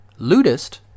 Ludist